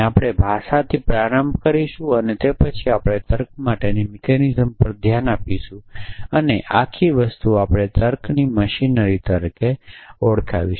આપણે ભાષાથી પ્રારંભ કરીશું અને તે પછી આપણે તર્ક માટેની મિકેનિઝમ પર ધ્યાન આપીશું અને આ આખી વસ્તુ આપણે તર્કની મશીનરી તરીકે ઓળખાવીશું